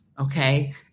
okay